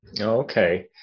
Okay